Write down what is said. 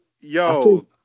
Yo